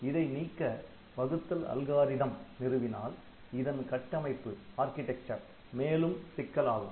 இதை நீக்க வகுத்தல் அல்காரிதம் நிறுவினால் இதன் கட்டமைப்பு மேலும் சிக்கலாகும்